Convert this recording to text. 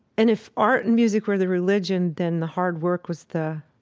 and if art and music were the religion, then the hard work was the,